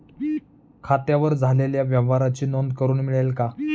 खात्यावर झालेल्या व्यवहाराची नोंद करून मिळेल का?